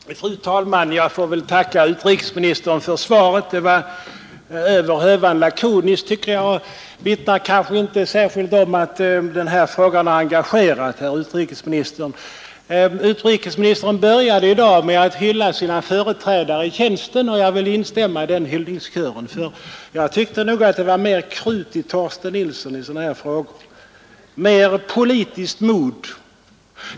Fru talman! Jag får väl tacka utrikesministern för svaret. Det var över hövan lakoniskt, tycker jag, och vittnar kanske inte särskilt om att den här frågan engagerat herr utrikesministern. Utrikesministern började i dag med att hylla sina företrädare i tjänsten, och jag vill instämma i den hyllningen. Jag tycker nog att det var mera krut i Torsten Nilsson i sådana här frågor, mer politiskt mod.